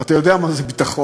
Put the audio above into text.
אתה יודע מה זה ביטחון.